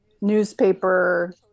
newspaper